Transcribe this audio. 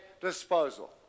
disposal